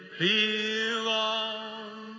belong